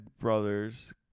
brothers